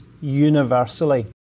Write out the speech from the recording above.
universally